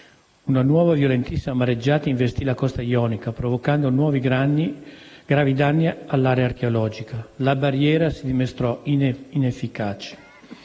una nuova violentissima mareggiata investì la costa ionica, provocando nuovi gravi danni all'area archeologica. La barriera si dimostrò inefficace: